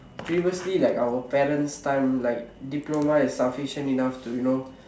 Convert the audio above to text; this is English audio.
previously like our parents time like diploma is sufficient enough to you know